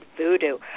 Voodoo